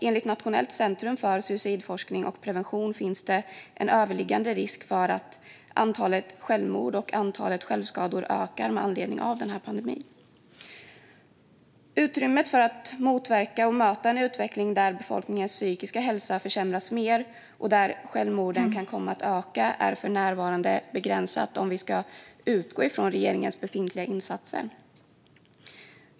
Enligt Nationellt centrum för suicidforskning och prevention finns det en överhängande risk för att antalet självmord och självskador ökar med anledning av pandemin. Utrymmet för att motverka och möta en utveckling där befolkningens psykiska hälsa försämras än mer och där självmorden kan komma att öka är för närvarande begränsat om vi ska utgå från regeringens befintliga insatser.